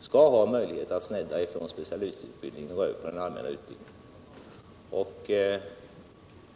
skall ha möjlighet att snedda från specialistutbildningen och gå över till den allmänna utbildningen.